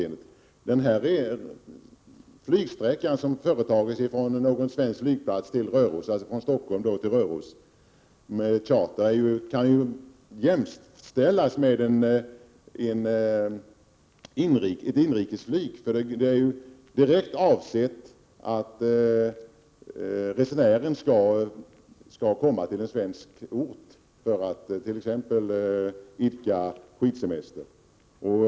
Den flygresa som företas från Stockholm eller någon annan flygplats i Sverige till Röros med charter kan ju jämställas med en inrikesresa. Avsikten är att resenären skall komma till en svensk ort för att t.ex. idka skidsemester.